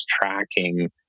tracking